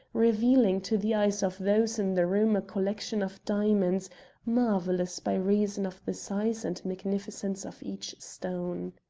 revealing to the eyes of those in the room a collection of diamonds marvellous by reason of the size and magnificence of each stone.